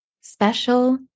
special